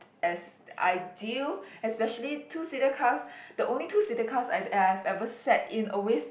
as ideal especially two seater cars the only two seater cars I I have ever sat in always